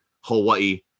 Hawaii